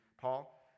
Paul